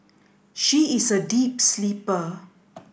she is a deep sleeper